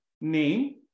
name